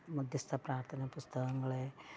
മധ്യസ്ഥ പ്രാർഥനാ പുസ്തകങ്ങൾ